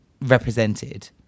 represented